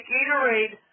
Gatorade